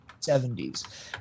70s